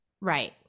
Right